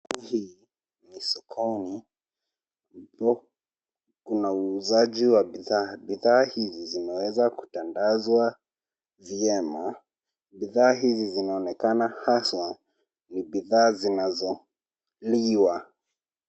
Hii ni sokoni huko kuna uuzaji wa bidhaa, bidhaa hizi zimeweza kutandazwa vyema, bidhaa hizi zinaonekana haswa ni bidhaa zinazoliwa.